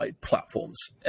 platforms